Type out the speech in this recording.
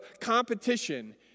competition